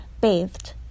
bathed